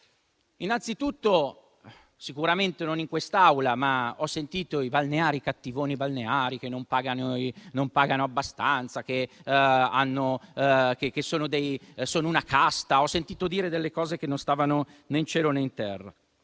Innanzitutto, sicuramente non in quest'Aula, ho sentito definire i balneari cattivoni, che non pagano abbastanza e sono una casta. Ho sentito dire cose che non stavano né in cielo né in terra.